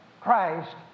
Christ